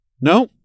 No